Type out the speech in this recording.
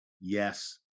yes